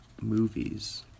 movies